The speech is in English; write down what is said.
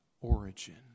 origin